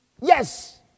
Yes